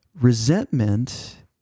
resentment